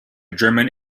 german